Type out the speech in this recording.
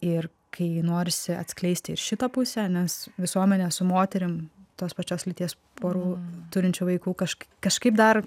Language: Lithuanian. ir kai norisi atskleisti ir šitą pusę nes visuomenė su moterim tos pačios lyties porų turinčių vaikų kažkaip kažkaip dar